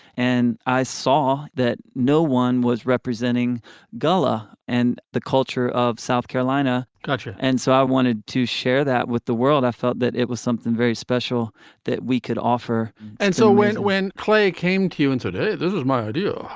and i saw that no one was representing gulla and the culture of south carolina culture. and so i wanted to share that with the world. i felt that it was something very special that we could offer and so when when clay came to you and said, hey, this is my idea.